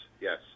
yes